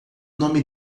nome